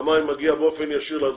והמים מגיע באופן ישיר לאזרחים,